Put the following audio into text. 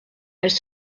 elle